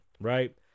right